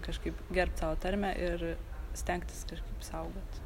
kažkaip gerbt savo tarmę ir stengtis kažkaip saugoti